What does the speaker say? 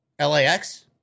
LAX